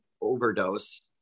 overdose